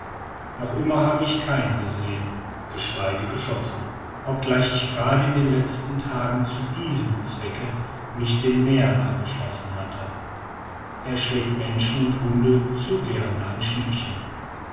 noch immer habe ich keinen gesehen geschweige geschossen obgleich ich gerade in den letzten tagen zu diesem zwecke mich den mähern angeschlossen hatte er schlägt menschen und hunden zu gerne ein schnippchen